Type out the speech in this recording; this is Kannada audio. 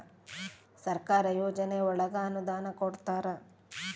ಸರ್ಕಾರ ಯೋಜನೆ ಒಳಗ ಅನುದಾನ ಕೊಡ್ತಾರ